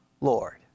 Lord